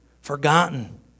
forgotten